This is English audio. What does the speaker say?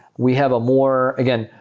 we have a more again,